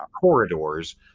corridors